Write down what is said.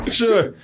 sure